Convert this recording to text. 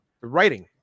writing